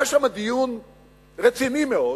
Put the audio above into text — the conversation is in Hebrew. היה שם דיון רציני מאוד